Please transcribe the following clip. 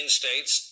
states